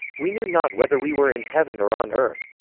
we knew not whether we were in heaven or on earth.